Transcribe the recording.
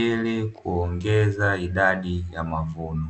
ili kuongeza idadi ya mavuno.